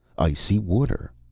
icy water.